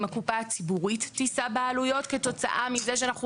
אם הקופה הציבורית תישא בעלויות כתוצאה מזה שאנחנו